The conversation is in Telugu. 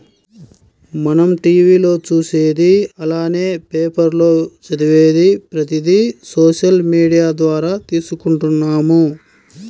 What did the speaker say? మనం టీవీ లో చూసేది అలానే పేపర్ లో చదివేది ప్రతిది సోషల్ మీడియా ద్వారా తీసుకుంటున్నాము